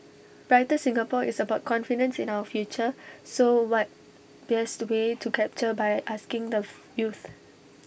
brighter Singapore is about confidence in our future so what best way to capture by asking the youth